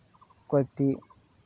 ᱠᱚᱭᱮᱠᱴᱤ